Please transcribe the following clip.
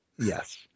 Yes